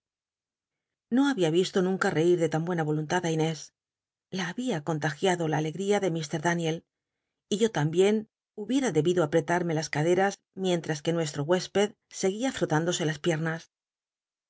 no habia visto nunca reir de tan buena oluntad ti inés la habia contagiado la alegl'ia de iir daniel y yo tambien hubiera debido aprel'itme las caderas mientms que nuestro huésped seguía frot indose las piernas